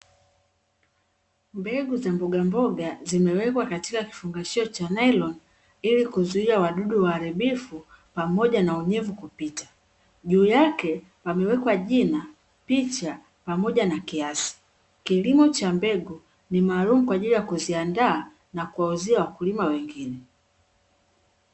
Mbegu za mbogamboga zimewekwa katika kifungashio cha nailoni, ili kuzuia wadudu waharibifu pamoja na unyevu kupita. Juu yake pamewekwa jina, picha pamoja na kiasi. Kilimo cha mbegu ni maalumu kwa ajili ya kuziandaa na kuwauzia wakulima wengine.